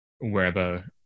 wherever